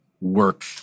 work